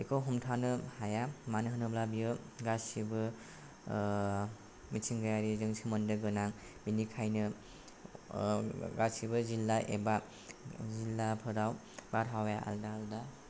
बेखौ हमथानो हाया मानो होनोब्ला बियो गासिबो मिथिंगायारिजों सोमोन्दो गोनां बिनिखायनो गासिबो जिल्ला एबा जिल्लाफोराव बार हावाया आलदा आलदा